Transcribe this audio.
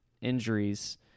injuries